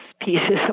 pieces